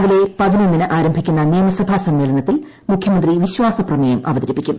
രാവിലെ പതിനൊന്നിന് ആരംഭിക്കുന്ന നിയമസഭാ സമ്മേളനത്തിൽ മുഖ്യമന്ത്രി വിശ്വാസപ്രമേയം അവതരിപ്പിക്കും